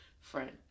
friend